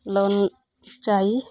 loan चाही